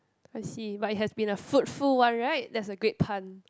I see but it has been a fruitful one right that's a great pun